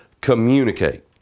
communicate